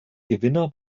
gewinner